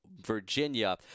Virginia